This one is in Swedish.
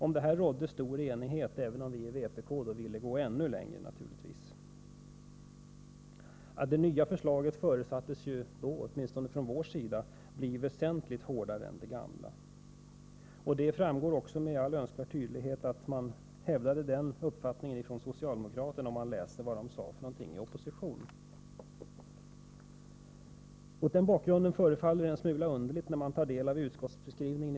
Om detta rådde stor enighet, även om vi i vpk naturligtvis ville gå ännu längre. Det nya förslaget förutsattes då, åtminstone från vår sida, bli väsentligt hårdare än det gamla. Det framgår också med all önskvärd tydlighet att man hävdade den uppfattningen även från socialdemokraternas sida, om man läser vad de sade i opposition. Efter denna genomgång förefaller utskottsskrivningen av i dag en smula underlig.